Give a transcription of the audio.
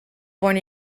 born